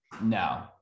No